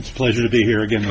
it's a pleasure to be here again